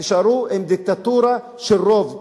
תישארו עם דיקטטורה של רוב דורסני,